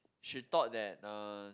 she thought that uh